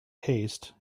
haste